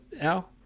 Al